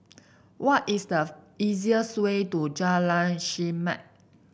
what is the easiest way to Jalan Chermat